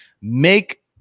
Make